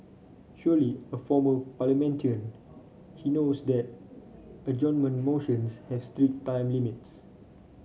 surely a former parliamentarian he knows that adjournment motions have strict time limits